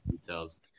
details